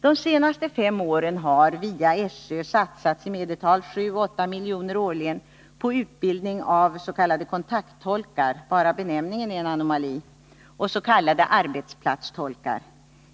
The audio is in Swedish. De senaste fem åren har via SÖ satsats i medeltal 7-8 miljoner årligen på utbildning av s.k. kontakttolkar — bara benämningen är en anomali — och s.k. arbetsplatstolkar.